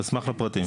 אשמח לפרטים.